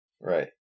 Right